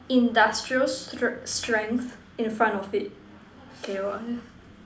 industrial str~ strength in front of it K what